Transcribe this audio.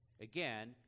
again